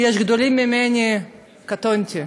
יש גדולים ממני, קטונתי.